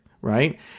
Right